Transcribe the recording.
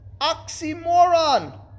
Oxymoron